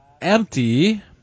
empty